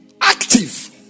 active